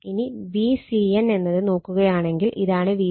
ഇനി Vcn എന്നത് നോക്കുകയാണെങ്കിൽ ഇതാണ് Vcn